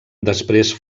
després